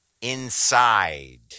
inside